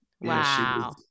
Wow